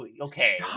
okay